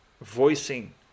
Voicing